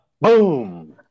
Boom